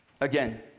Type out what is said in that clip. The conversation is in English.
Again